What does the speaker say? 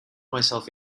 myself